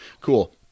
cool